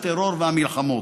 הטרור והמלחמות.